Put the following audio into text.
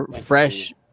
fresh